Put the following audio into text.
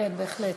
כן, בהחלט.